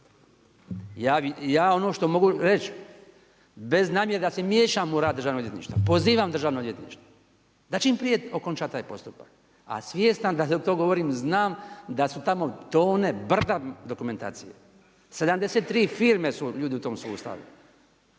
Ja ono što mogu reći bez namjere da se miješam u rad DORH-a, pozivam DORH da čim prije okonča taj postupak, a svjestan da dok to govorim znam da su tamo tone, brda dokumentacije, 73 firme ljudi su u tom sustavu.